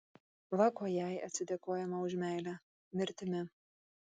va kuo jai atsidėkojama už meilę mirtimi